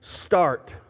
start